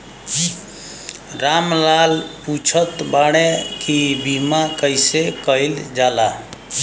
राम लाल पुछत बाड़े की बीमा कैसे कईल जाला?